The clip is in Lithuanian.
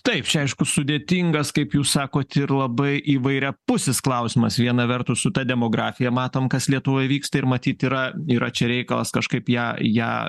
taip čia aišku sudėtingas kaip jūs sakot ir labai įvairiapusis klausimas viena vertus su ta demografija matom kas lietuvoje vyksta ir matyt yra yra čia reikalas kažkaip ją ją